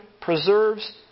preserves